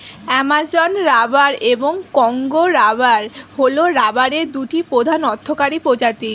Amazon rubber এবং Congo rubber হল রাবারের দুটি প্রধান অর্থকরী প্রজাতি